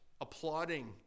applauding